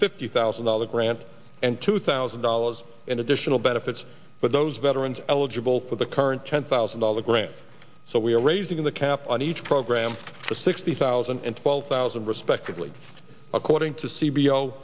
fifty thousand dollars grant and two thousand dollars in additional benefits but those veterans are eligible for the current ten thousand dollars grant so we are raising the cap on each program to sixty thousand and twelve thousand respectively according to